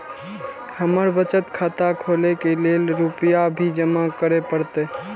हमर बचत खाता खोले के लेल रूपया भी जमा करे परते?